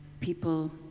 people